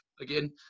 again